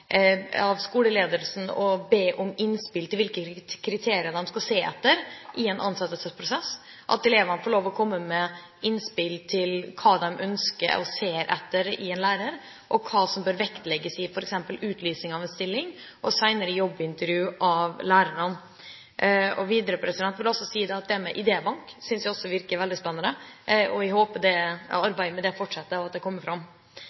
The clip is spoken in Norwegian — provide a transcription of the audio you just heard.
av skoleledelsen å be om innspill til hvilke kriterier de skal se etter i en ansettelsesprosess, at elevene får lov til å komme med innspill om hva de ønsker og ser etter i en lærer, og hva som bør vektlegges i f.eks. utlysningen av en stilling og senere jobbintervju med lærerne. Videre: Jeg synes det med idébank virker veldig spennende. Jeg håper arbeidet med den fortsetter og at man kommer fram.